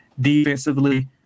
defensively